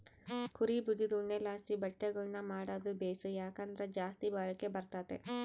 ಕುರೀ ಬುಜದ್ ಉಣ್ಣೆಲಾಸಿ ಬಟ್ಟೆಗುಳ್ನ ಮಾಡಾದು ಬೇಸು, ಯಾಕಂದ್ರ ಜಾಸ್ತಿ ಬಾಳಿಕೆ ಬರ್ತತೆ